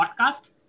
podcast